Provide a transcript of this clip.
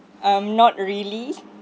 um not really